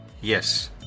Yes